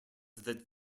that